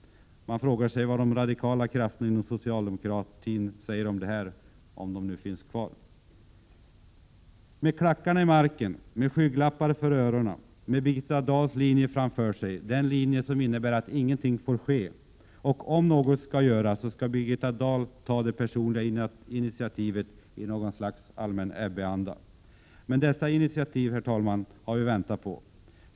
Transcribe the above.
Man frågar sig vad de radikala krafterna inom socialdemokratin säger om detta, om de nu finns kvar. Socialdemokraterna har klackarna i marken, skygglapparna på och Birgitta Dahls linje framför sig — den linje som innebär att inget får ske, och om något skall göras, skall Birgitta Dahl ta det personliga initiativet i något slags allmän Ebbe-anda. Men dessa initiativ, herr talman, har vi väntat på.